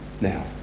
Now